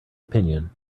opinion